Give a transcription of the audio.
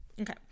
okay